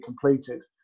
completed